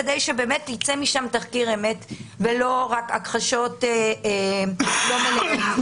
כדי שבאמת יצא משם תחקיר אמת ולא רק הכחשות לא מלאות.